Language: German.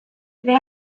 wir